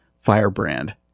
Firebrand